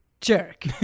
jerk